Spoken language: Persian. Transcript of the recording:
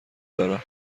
دارم